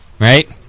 Right